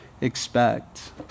expect